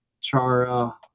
Chara